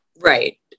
right